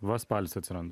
va spalis atsiranda